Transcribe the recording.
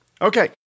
Okay